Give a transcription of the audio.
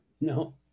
No